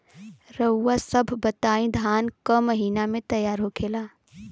रउआ सभ बताई धान क महीना में तैयार होखेला?